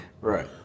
Right